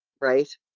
right